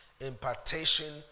Impartation